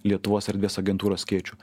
lietuvos erdvės agentūros skėčiu